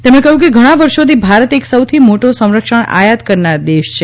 તેમણે કહ્યું કે ઘણાં વર્ષોથી ભારત એક સૌથી મોટો સંરક્ષણ આયાત કરનાર દેશ છે